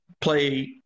play